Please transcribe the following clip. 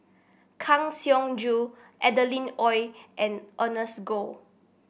Kang Siong Joo Adeline Ooi and Ernest Goh